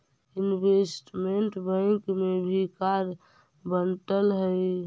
investment bank में भी कार्य बंटल हई